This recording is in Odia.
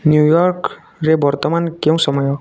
ନ୍ୟୁୟର୍କରେ ବର୍ତ୍ତମାନ କେଉଁ ସମୟ